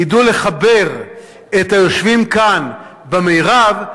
ידעו לחבר את היושבים כאן במירב,